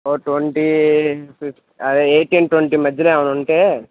ఓ twenty అదే eighteen twenty మధ్యలో ఏమైనా ఉంటే